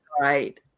Right